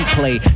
play